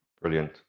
Brilliant